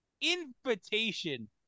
Invitation